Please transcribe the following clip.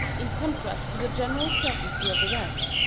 in contrast to the general certainty of the rest,